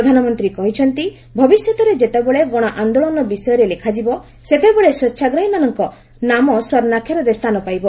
ପ୍ରଧାନମନ୍ତ୍ରୀ କହିଛନ୍ତି ଭବିଷ୍ୟତରେ ଯେତେବେଳେ ଗଣଆନ୍ଦୋଳନ ବିଷୟରେ ଲେଖାଯିବ ସେତେବେଳେ ସ୍ୱେଚ୍ଛାଗ୍ରହୀମାନଙ୍କ ନାମ ସ୍ୱର୍ଷ୍ଣାକ୍ଷରରେ ସ୍ଥାନ ପାଇବ